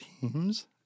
teams